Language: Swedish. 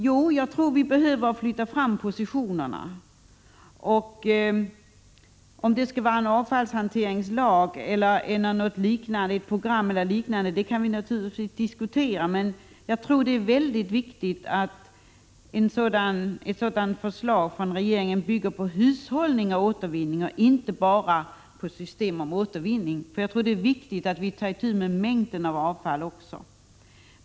Jo, jag tror att vi behöver flytta fram positionerna. Det kan naturligtvis diskuteras om det skall vara en avfallshanteringslag, ett program eller något liknande, men jag tror att det är mycket viktigt att ett regeringsförslag bygger på hushållning och inte bara på system om återvinning. Jag tror nämligen att det är viktigt att vi också tar itu med mängden av avfall.